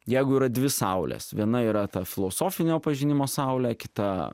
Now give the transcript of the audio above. jeigu yra dvi saulės viena yra ta filosofinio pažinimo saulė kita